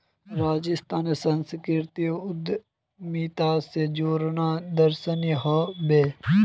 राजस्थानेर संस्कृतिक उद्यमिता स जोड़ना दर्शनीय ह बे